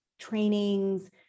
trainings